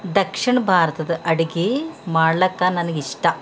ದಕ್ಷಿಣ ಭಾರತದ ಅಡಿಗೆ ಮಾಡ್ಲಿಕ್ಕ ನನಗಿಷ್ಟ